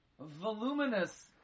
voluminous